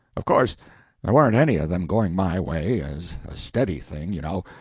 of course there warn't any of them going my way, as a steady thing, you know,